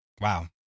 Wow